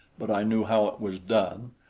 but i knew how it was done,